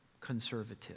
conservative